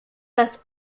das